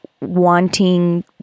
wanting